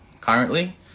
currently